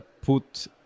put